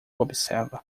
observa